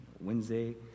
Wednesday